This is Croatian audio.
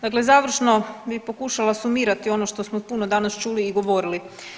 Dakle, završno bi pokušala sumirati ono to što smo puno danas čuli i govorili.